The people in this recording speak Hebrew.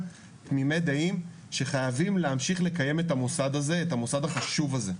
תמימי דעים שחייבים להמשיך לקיים את המוסד החשוב הזה.